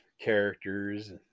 characters